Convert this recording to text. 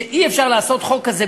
שאי-אפשר לעשות חוק כזה,